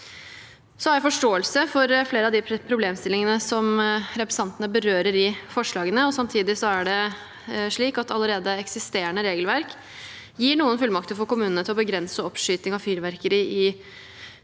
Jeg har forståelse for flere av de problemstillingene representantene berører i forslagene. Samtidig er det slik at allerede eksisterende regelverk gir noen fullmakter for kommunene til å begrense oppskyting av fyrverkeri